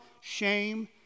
shame